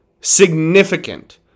significant